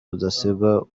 rudasingwa